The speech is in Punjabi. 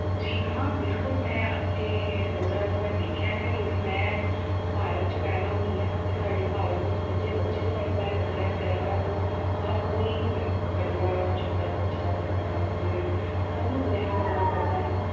ਜੀ ਹਾਂ ਬਿਲਕੁਲ ਮੈਂ ਆਪਣੇ ਨਜ਼ਰਾਂ ਤੋਂ ਇਹ ਦੇਖਿਆ ਹੈ ਕਿਉਂਕਿ ਮੈਂ ਭਾਰਤ 'ਚ ਪੈਦਾ ਹੋਈ ਹਾਂ ਅਤੇ ਸਾਡੇ ਭਾਰਤ ਵਿੱਚ ਬੱਚੇ ਬੱਚੇ ਨੂੰ ਇਸ ਬਾਰੇ ਪਤਾ ਗ੍ਰਹਿਣਾਂ ਤੋਂ ਹਰ ਕੋਈ ਵਿਆ ਬੰਦਾ ਛੋਟਾ ਬੱਚਾ ਵੱਡਾ ਬਜ਼ੁਰਗ ਸਭ ਨੂੰ ਗ੍ਰਹਿਣਾਂ ਦੇ ਬਾਰੇ ਪਤਾ ਹੈ